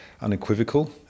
unequivocal